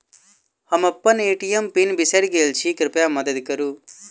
हम अप्पन ATM PIN बिसरि गेल छी कृपया मददि करू